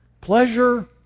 pleasure